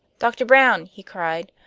doctor brown! he cried.